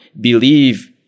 believe